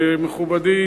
מכובדי,